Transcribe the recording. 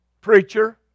preacher